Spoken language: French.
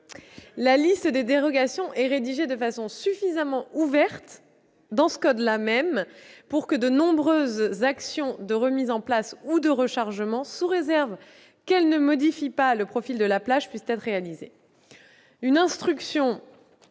la liste des dérogations étant rédigée de façon suffisamment ouverte pour que de nombreuses actions de remise en place ou de rechargement, sous réserve qu'elles ne modifient pas le profil de la plage, puissent être réalisées.